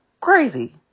crazy